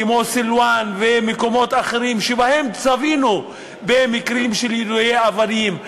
כמו סילואן ומקומות אחרים שבהם צפינו במקרים של יידוי אבנים.